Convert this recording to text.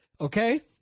okay